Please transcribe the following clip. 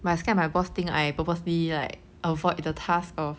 but I scared my boss think I purposely like avoid the task of